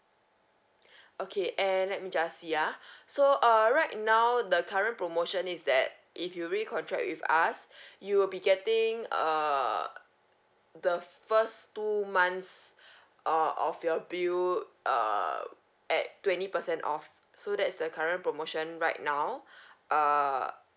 okay and let me just see ah so err right now the current promotion is that if you recontract with us you will be getting a the first two months uh of your bill err at twenty percent off so that's the current promotion right now err